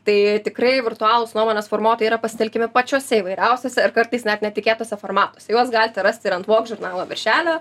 tai tikrai virtualūs nuomonės formuotojai yra pasitelkiami pačiuose įvairiausiuose ir kartais net netikėtuose formatuose juos galite rasti ir ant vogue žurnalo viršelio